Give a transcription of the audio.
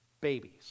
babies